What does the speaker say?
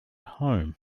home